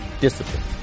discipline